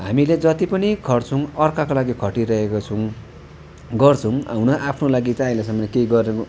हामीले जति पनि खट्छौँ अर्काका लागि खटिरहेको छौँ गर्छौँ हुन त आफ्नो लागि चाहिँ अहिलेसम्म चाहिँ केही गर्नु